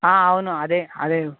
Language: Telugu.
అవును అదే అదే